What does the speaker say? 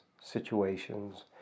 situations